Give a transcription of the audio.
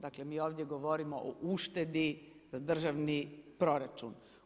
Dakle, mi ovdje govorimo o uštedi za državni proračun.